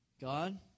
God